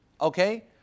okay